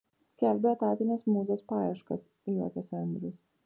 skelbiu etatinės mūzos paieškas juokiasi andrius